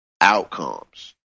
Outcomes